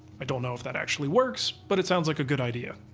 i don't know if that actually works, but it sounds like a good idea.